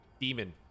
Demon